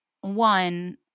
one